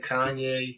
Kanye